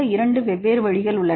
2 வெவ்வேறு வழிகள் உள்ளன